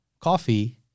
Coffee